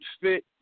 fit